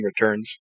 returns